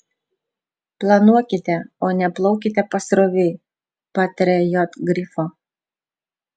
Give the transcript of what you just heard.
planuokite o ne plaukite pasroviui pataria j grifo